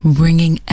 bringing